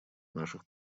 наших